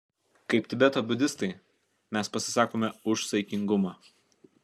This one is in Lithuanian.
kaip tibeto budistai mes pasisakome už saikingumą